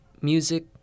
music